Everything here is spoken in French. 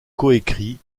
coécrit